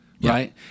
Right